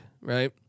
right